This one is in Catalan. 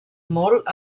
molt